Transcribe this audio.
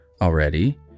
already